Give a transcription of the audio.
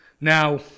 Now